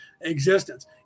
existence